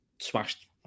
smashed